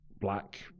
black